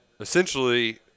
essentially